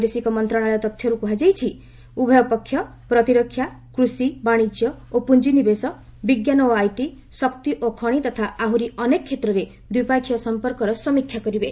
ବୈଦେଶିକ ମନ୍ତ୍ରଣାଳୟ ତଥ୍ୟରୁ କୁହାଯାଇଛି ଉଭୟ ପକ୍ଷ ପ୍ରତିରକ୍ଷା କୃଷି ବାଣିଜ୍ୟ ଓ ପୁଞ୍ଜିନିବେଶ ବିଜ୍ଞାନ ଓ ଆଇଟି ଶକ୍ତି ଓ ଖଣି ତଥା ଆହୁରି ଅନେକ କ୍ଷେତ୍ରରେ ଦ୍ୱିପକ୍ଷୀୟ ସମ୍ପର୍କର ସମୀକ୍ଷା କରିବେ